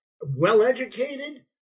well-educated